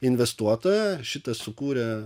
investuotoją šitą sukūrė